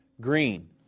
green